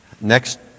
next